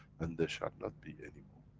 and there shall not be anymore.